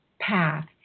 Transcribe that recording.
path